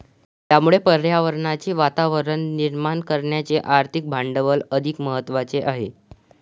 त्यामुळे पर्यावरणाचे वातावरण निर्माण करण्याचे आर्थिक भांडवल अधिक महत्त्वाचे आहे